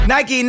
Nike